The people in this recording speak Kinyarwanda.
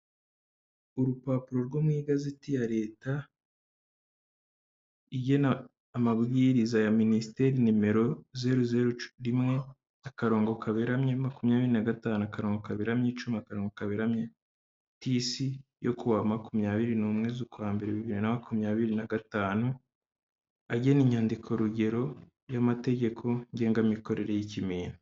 Urupapuro rwo mu igazeti ya leta igena amabwiriza ya minisiteri nimero zeru zeru rimwe, akarongo kaberamye makumyabiri na gatanu akarongo kaberamye icumi akarongo kaberamye T C yo ku wa makumyabiri n'umwe z'ukwa mbere bibiri na makumyabiri na gatanu, agena inyandikorugero y'amategeko ngengamikorere y'ikimina.